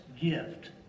gift